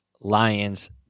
Lions